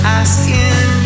asking